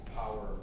power